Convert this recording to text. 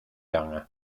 dteanga